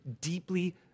deeply